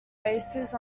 faces